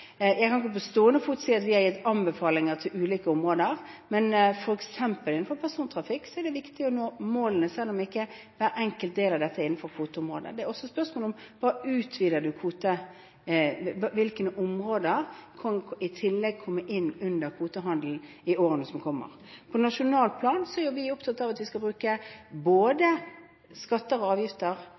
Jeg kan ikke på stående fot si at vi har gitt anbefalinger til ulike områder, men f.eks. innen persontrafikk er det viktig å nå målene selv om ikke hver enkelt del av dette er innenfor kvoteområdet. Det er også spørsmål om hvilke områder som i tillegg kommer inn under kvotehandelen i årene som kommer. På nasjonalt plan er vi opptatt av at vi skal bruke både skatter og avgifter